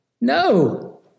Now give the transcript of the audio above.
No